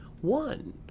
one